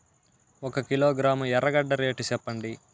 ఒక కిలోగ్రాము ఎర్రగడ్డ రేటు సెప్పండి?